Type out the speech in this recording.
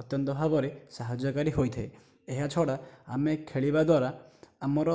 ଅତ୍ୟନ୍ତ ଭାବରେ ସାହାଯ୍ୟକାରି ହୋଇଥାଏ ଏହା ଛଡ଼ା ଆମେ ଖେଳିବା ଦ୍ୱାରା ଆମର